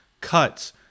cuts